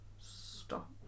Stop